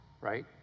right